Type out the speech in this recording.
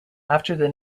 after